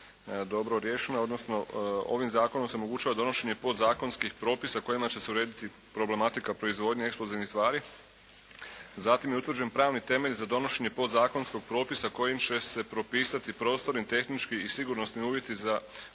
dobro riješena odnosno ovim zakonom se omogućilo donošenje podzakonskih propisa kojima će se urediti problematika proizvodnje eksplozivnih tvari. Zatim je utvrđen pravni temelj za donošenje podzakonskog propisa kojim će se propisati prostorni, tehnički i sigurnosni uvjeti za,